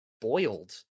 boiled